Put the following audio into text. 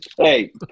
hey